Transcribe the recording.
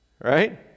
Right